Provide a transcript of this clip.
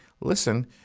listen